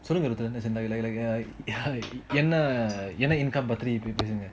சொல்லுங்க:solunga like like like என்ன என்ன:enna enna income பத்தி பேசுங்க:pathi peasunga